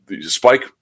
Spike